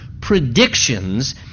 predictions